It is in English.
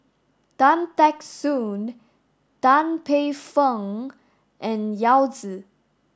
Tan Teck Soon Tan Paey Fern and Yao Zi